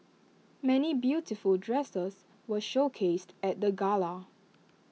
many beautiful dresses were showcased at the gala